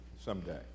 someday